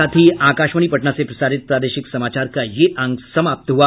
इसके साथ ही आकाशवाणी पटना से प्रसारित प्रादेशिक समाचार का ये अंक समाप्त हुआ